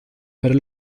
per